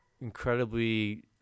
incredibly